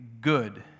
good